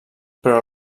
però